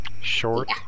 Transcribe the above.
short